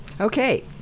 Okay